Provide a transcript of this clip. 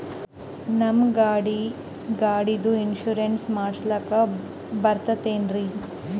ನಮ್ಮ ಗಾಡಿದು ಇನ್ಸೂರೆನ್ಸ್ ಮಾಡಸ್ಲಾಕ ಬರ್ತದೇನ್ರಿ?